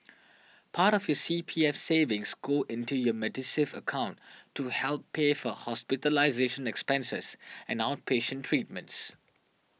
part of your C P F savings go into your Medisave account to help pay for hospitalization expenses and outpatient treatments